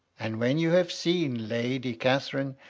and when you have seen lady catherine,